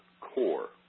core